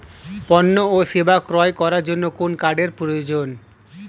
পণ্য ও সেবা ক্রয় করার জন্য কোন কার্ডের প্রয়োজন?